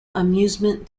amusement